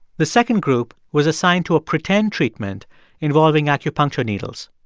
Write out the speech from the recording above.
the second group was assigned to a pretend treatment involving acupuncture needles.